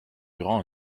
durant